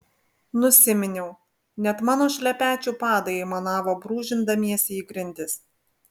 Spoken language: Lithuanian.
nusiminiau net mano šlepečių padai aimanavo brūžindamiesi į grindis